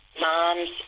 Moms